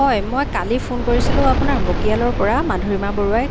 হয় মই কালি ফোন কৰিছিলোঁ আপোনাৰ বকিয়ালৰপৰা মাধুৰিমা বৰুৱাই